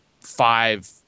five